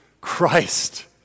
Christ